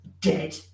dead